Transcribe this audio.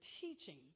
teaching